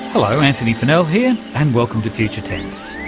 hello, antony funnell here, and welcome to future tense.